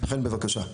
חן, בבקשה.